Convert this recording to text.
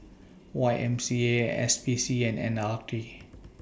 Y M C A S P C and L R T